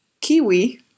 Kiwi